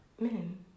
Men